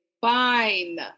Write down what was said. fine